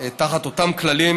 תחת אותם כללים,